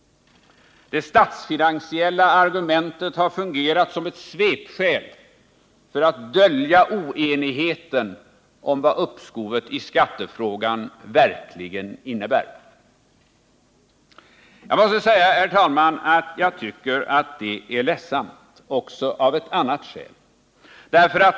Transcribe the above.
Det statsfinansiella argumentet har fungerat som ett svepskäl för att dölja oenigheten om vad uppskovet i skattefrågan verkligen innebär. Jag måste säga, herr talman, att jag tycker att det är ledsamt också av ett annat skäl.